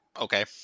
Okay